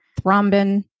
thrombin